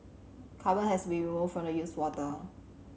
carbon has be removed from the used water